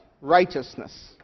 righteousness